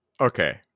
Okay